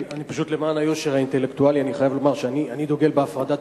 למען היושר האינטלקטואלי אני חייב לומר שאני דוגל בהפרדת